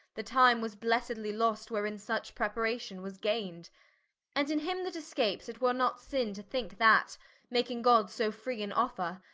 the time was blessedly lost, wherein such preparation was gayned and in him that escapes, it were not sinne to thinke, that making god so free an offer,